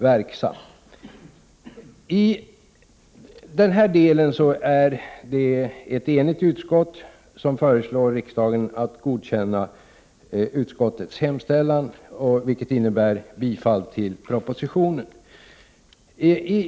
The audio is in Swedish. I denna del är det ett enigt utskott som föreslår riksdagen att bifalla propositionen.